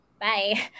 Bye